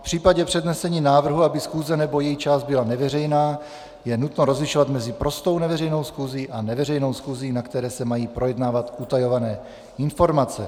V případě přednesení návrhu, aby schůze nebo její část byla neveřejná, je nutno rozlišovat mezi prostou neveřejnou schůzí a neveřejnou schůzí, na které se mají projednávat utajované informace.